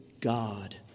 God